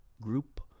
group